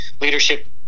leadership